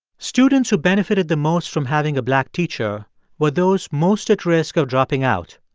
students who benefited the most from having a black teacher were those most at risk of dropping out,